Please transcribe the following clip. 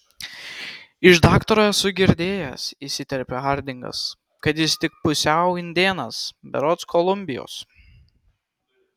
iš daktaro esu girdėjęs įsiterpia hardingas kad jis tik pusiau indėnas berods kolumbijos